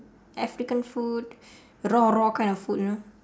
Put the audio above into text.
african food raw raw kind of food you know